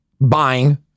buying